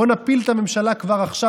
בוא נפיל את הממשלה כבר עכשיו,